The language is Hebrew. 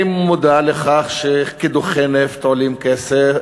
אני מודע לכך שקידוחי נפט וגז עולים כסף,